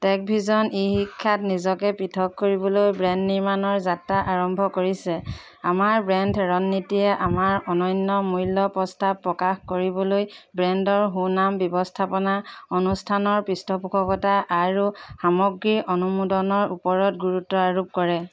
tech Vision ই শিক্ষাত নিজকে পৃথক কৰিবলৈ ব্ৰেণ্ড নিৰ্মাণৰ যাত্ৰা আৰম্ভ কৰিছে আমাৰ ব্ৰেণ্ড ৰণনীতিয়ে আমাৰ অনন্য মূল্য প্ৰস্তাৱ প্ৰকাশ কৰিবলৈ ব্ৰেণ্ডৰ সুনাম ব্যৱস্থাপনা অনুষ্ঠানৰ পৃষ্ঠপোষকতা আৰু সামগ্ৰীৰ অনুমোদনৰ ওপৰত গুৰুত্ব আৰোপ কৰে